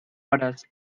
hores